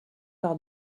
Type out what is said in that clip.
par